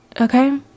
okay